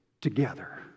together